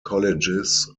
colleges